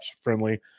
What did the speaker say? friendly